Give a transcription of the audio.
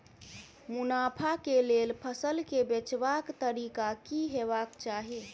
मुनाफा केँ लेल फसल केँ बेचबाक तरीका की हेबाक चाहि?